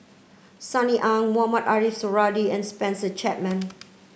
Sunny Ang Mohamed Ariff Suradi and Spencer Chapman